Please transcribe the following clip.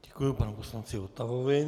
Děkuji panu poslanci Votavovi.